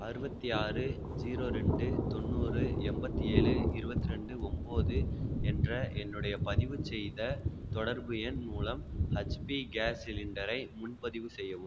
அறுபத்தி ஆறு ஜீரோ ரெண்டு தொண்ணூறு எண்பத்தி ஏழு இருபத்தி ரெண்டு ஒன்பது என்ற என்னுடைய பதிவுச்செய்த தொடர்பு எண் மூலம் ஹெச்பி கேஸ் சிலிண்டரை முன்பதிவு செய்யவும்